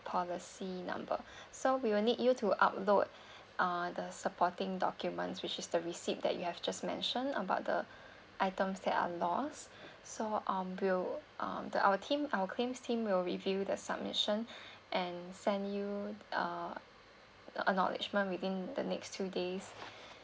policy number so we will need you to upload uh the supporting documents which is the receipt that you have just mention about the items that are lost so um will uh the our team our claims team will review the submission and send you uh acknowledgement within the next two days